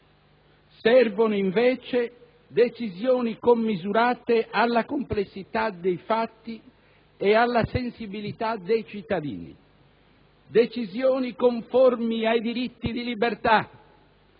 Servono, invece, decisioni commisurate alla complessità dei fatti e alla sensibilità dei cittadini, decisioni conformi ai diritti di libertà